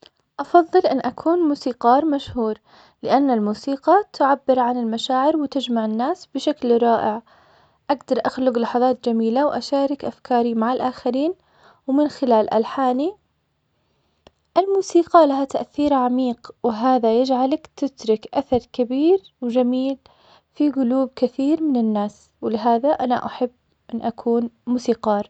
أفضل أن أكون موسيقار مشهور, لأن الموسيقى تعبر عن المشاعر وتجمع الناس بشكل رائع, أقدر أخلق لحظات جميلة وأشارك أفكاري مع الآخرين, ومن خلال ألحاني الموسيقى ها تأثير عميق, وهذا يجعلك تترك أثر كبير وجميل في قلوب طثير من الناس, ولهذا أنا أحب أن أكون موسيقار.